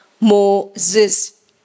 Moses